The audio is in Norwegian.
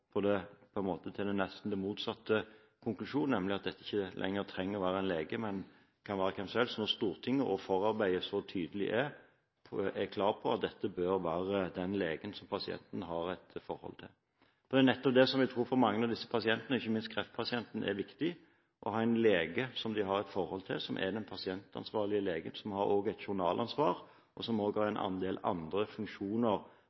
motsatte konklusjon, nemlig at det ikke lenger trenger å være en lege, men hvem som helst, når Stortinget – og forarbeidene – tydelig er klar på at det bør være den legen som pasienten har et forhold til. Jeg tror at for mange av disse pasientene, ikke minst for kreftpasientene, er det viktig å ha en lege som de har et forhold til, som den pasientansvarlige legen, og som også har et journalansvar og en del andre funksjoner vedrørende pasienten, noe som også Helsetilsynet påpeker i sine høringsuttalelser. Jeg har